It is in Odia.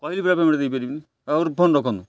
କହିଲିପରା ପେମେଣ୍ଟ ଦେଇପାରିବିନି ଆଉ ରିଫଣ୍ଡ ରଖନ୍ତୁ